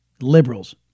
liberals